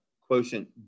quotient